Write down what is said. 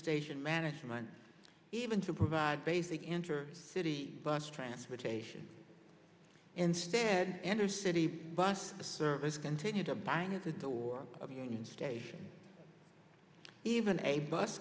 station management even to provide basic enter city bus transportation instead enter city bus service continue to bang at the door of union station even a bus